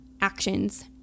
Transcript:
actions